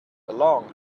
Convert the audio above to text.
along